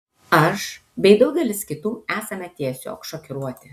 aš bei daugelis kitų esame tiesiog šokiruoti